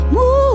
Move